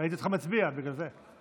ראיתי אותך מצביע, בגלל זה.